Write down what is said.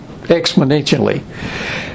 exponentially